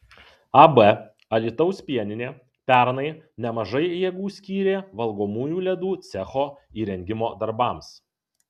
ab alytaus pieninė pernai nemažai jėgų skyrė valgomųjų ledų cecho įrengimo darbams